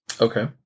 Okay